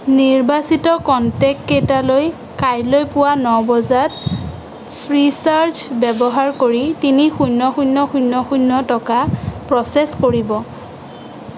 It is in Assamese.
নিৰ্বাচিত কনটেক্টকেইটালৈ কাইলৈ পুৱা ন বজাত ফ্ৰীচাৰ্জ ব্যৱহাৰ কৰি তিনি শূন্য শূন্য শূন্য শূন্য টকা প্ৰ'চেছ কৰিব